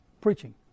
preaching